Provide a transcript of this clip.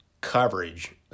coverage